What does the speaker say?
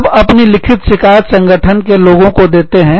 तब अपनी लिखित शिकायत संगठन के लोगों को देते हैं